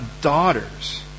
daughters